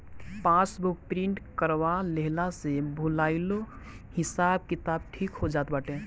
passbook print करवा लेहला से भूलाइलो हिसाब किताब ठीक हो जात बाटे